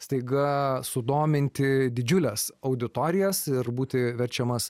staiga sudominti didžiules auditorijas ir būti verčiamas